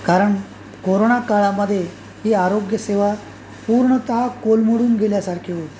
कारण कोरोना काळामध्ये ही आरोग्यसेवा पूर्णत कोलमडून गेल्यासारखी होती